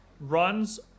runs